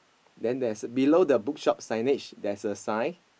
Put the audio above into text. then there's below the bookshop signage there's a sign